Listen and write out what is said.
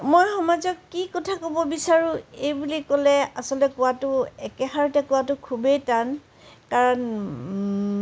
মই সমাজক কি কথা ক'ব বিচাৰোঁ এই বুলি ক'লে আচলতে কোৱাটো একেষাৰতে কোৱাটো খুবেই টান কাৰণ